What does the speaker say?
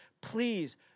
please